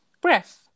breath